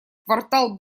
квартал